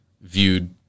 viewed